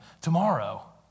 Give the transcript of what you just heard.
tomorrow